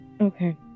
Okay